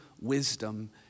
wisdom